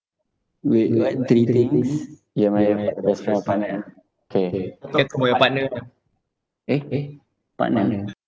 wait what three things you admire about your best friend or partner K eh partner